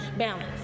Balance